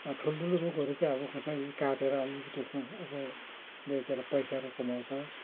ठुल्ठुलो रुखहरू चाहिँ अब कसैले काटेर अलिअलि त्यसमा अब बेचेर पैसाहरू कमाउँछ